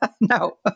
No